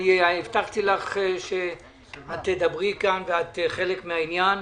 אני הבטחתי לך שאת תדברי כאן ואת חלק מהעניין.